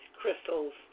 crystals